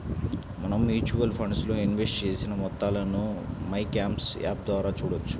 మనం mutual funds లో invest చేసిన మొత్తాలను మైక్యామ్స్ యాప్ ద్వారా చూడవచ్చు